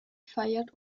feiert